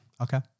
Okay